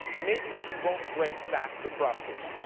maybe she won't race back to brussels.